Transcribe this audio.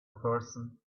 person